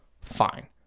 fine